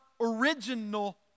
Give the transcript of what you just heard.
original